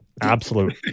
absolute